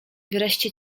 wreszcie